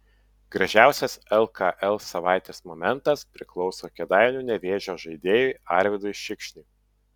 gražiausias lkl savaitės momentas priklauso kėdainių nevėžio žaidėjui arvydui šikšniui